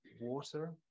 water